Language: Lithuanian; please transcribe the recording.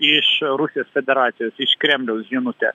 iš rusijos federacijos iš kremliaus žinutė